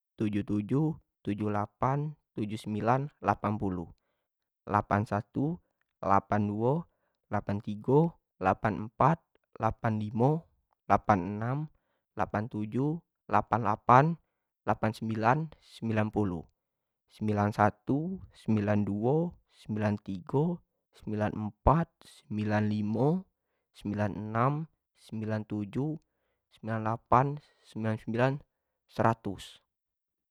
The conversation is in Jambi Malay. Tujuh puluh tujuh, tujuh puluh delapan, tujuh puluh sembilan, delapan puluh, delapan puluh satu, delapan puluh duo, delapan puluh tigo, delapan puluh empat, delapan puluh limo, delapan puluh enam, delapan puluh tujuh, delapan puluh delapan, delapan puluh sembilan, sembilan puluh, sembilan satu, sembilan duo, sembilan tigo, sembilan empat, sembilan limo, sembilan enak, sembilan tujuh, sembilan delapan, ssembilan puluh sembilan, serratus.